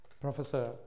Professor